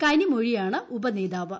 കനിമൊഴിയാണ് ഉപനേതാവ്